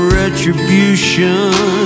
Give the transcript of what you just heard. retribution